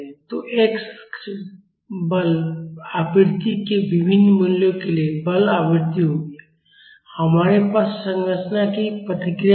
तो x अक्ष बल आवृत्ति के विभिन्न मूल्यों के लिए बल आवृत्ति होगी हमारे पास संरचना की प्रतिक्रिया होगी